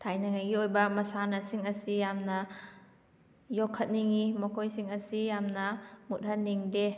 ꯊꯥꯏꯅꯉꯩꯒꯤ ꯑꯣꯏꯕ ꯃꯁꯥꯟꯅꯁꯤꯡ ꯑꯁꯤ ꯌꯥꯝꯅ ꯌꯣꯛꯈꯠꯅꯤꯡꯉꯤ ꯃꯈꯣꯏꯁꯤꯡ ꯑꯁꯤ ꯌꯥꯝꯅ ꯃꯨꯠꯍꯟꯅꯤꯡꯗꯦ